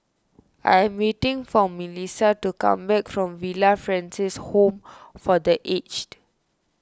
I am waiting for Milissa to come back from Villa Francis Home for the Aged